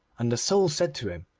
and the soul said to him,